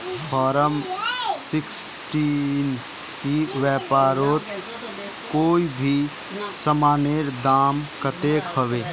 Form sixteen ई व्यापारोत कोई भी सामानेर दाम कतेक होबे?